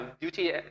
duty